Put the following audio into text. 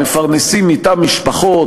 מפרנסים אתה משפחות,